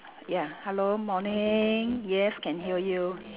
ya hello morning yes can hear you